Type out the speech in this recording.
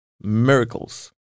miracles